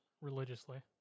religiously